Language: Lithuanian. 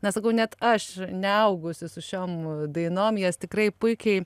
na sakau net aš neaugusi su šiom dainom jas tikrai puikiai